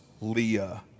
Leah